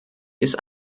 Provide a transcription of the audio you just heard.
ist